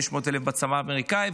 500,000 בצבא האמריקאי,